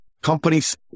Companies